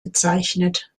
bezeichnet